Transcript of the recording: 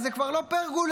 זה כבר לא פרגולה,